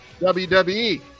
wwe